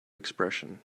expression